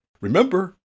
Remember